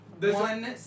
One